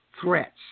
Threats